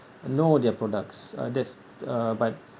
know their products uh that's uh but